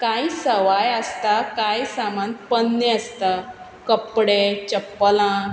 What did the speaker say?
कांय सवाय आसता कांय सामान पोन्नें आसता कपडे चप्पलां